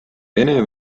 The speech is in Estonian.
vene